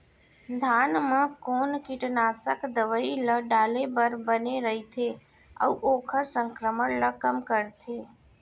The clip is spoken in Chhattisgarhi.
धान म कोन कीटनाशक दवई ल डाले बर बने रइथे, अऊ ओखर संक्रमण ल कम करथें?